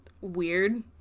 weird